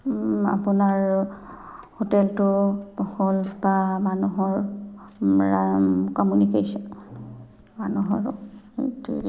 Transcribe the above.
আপোনাৰ হোটেলটো হ'ল বা মানুহৰ কমিউনিকেশ্যন মানুহৰো এইটো